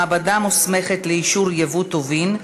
מעבדה מוסמכת לאישור ייבוא טובין),